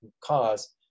cause